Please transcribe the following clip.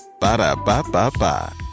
Ba-da-ba-ba-ba